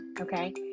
okay